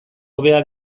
hobea